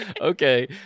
Okay